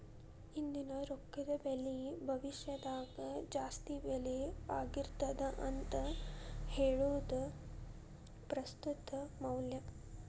ಇಂದಿನ ರೊಕ್ಕದ ಬೆಲಿ ಭವಿಷ್ಯದಾಗ ಜಾಸ್ತಿ ಬೆಲಿ ಆಗಿರ್ತದ ಅಂತ ಹೇಳುದ ಪ್ರಸ್ತುತ ಮೌಲ್ಯ